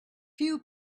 few